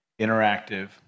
interactive